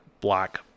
black